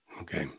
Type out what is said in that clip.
Okay